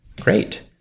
Great